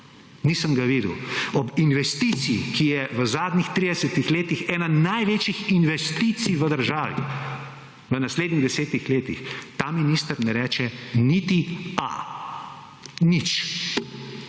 Nisem ga videl. Ob investiciji, ki je v zadnjih 30-ih letih ena največjih investicij v državi v naslednjih desetih letih, ta minister ne reče niti a. Nič.